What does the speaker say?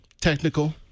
technical